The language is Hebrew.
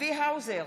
צבי האוזר,